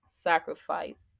sacrifice